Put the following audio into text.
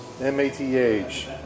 M-A-T-H